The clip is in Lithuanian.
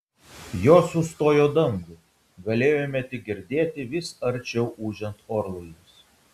jos užstojo dangų galėjome tik girdėti vis arčiau ūžiant orlaivius